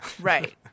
Right